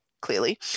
clearly